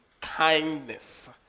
kindness